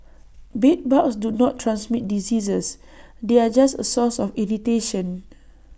bedbugs do not transmit diseases they are just A source of irritation